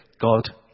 God